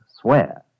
swear